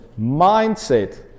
mindset